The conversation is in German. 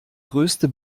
größte